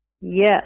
Yes